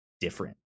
different